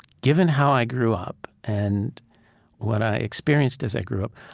given how i grew up, and what i experienced as i grew up,